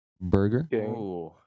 burger